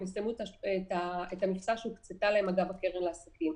יסיימו את המכסה שהוקצתה להם אגב הקרן לעסקים.